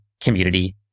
Community